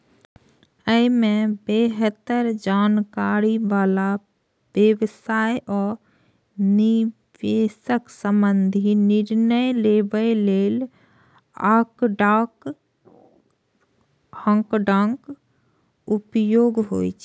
अय मे बेहतर जानकारी बला व्यवसाय आ निवेश संबंधी निर्णय लेबय लेल आंकड़ाक उपयोग होइ छै